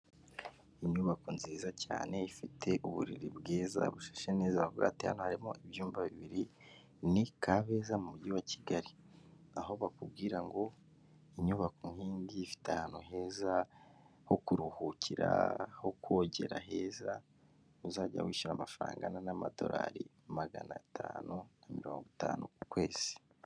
Inyubako nziza cyane ifite uburiri bwiza bushashe neza cyane, bakubwira bati ngo harimo ibyumba bibiri, ni Kabeza mu mujyi wa Kigali aho bakubwira ngo inyubako nkingi ifite ahantu heza ho kuruhukira, ho kogera heza, uzajya wishyura amafaranga angana n'amadorari magana atanu na mirongo itanu ku kwezi.